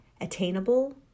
Attainable